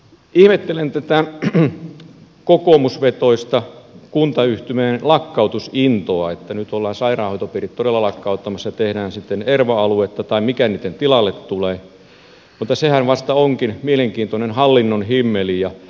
ihmettelen tätä kokoomusvetoista kuntayhtymien lakkautusintoa että nyt ollaan sairaanhoitopiirit todella lakkauttamassa ja tehdään sitten erva aluetta tai mikä niitten tilalle tulee mutta sehän vasta onkin mielenkiintoinen hallinnon himmeli